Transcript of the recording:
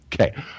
Okay